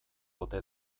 ote